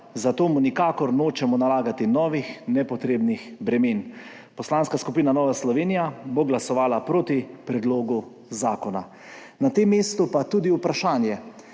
zato mu nikakor nočemo nalagati novih nepotrebnih bremen. Poslanska skupina Nova Slovenija bo glasovala proti predlogu zakona. Na tem mestu, pa tudi vprašanje.